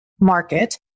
market